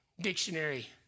Dictionary